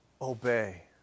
obey